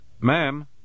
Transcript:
Ma'am